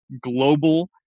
global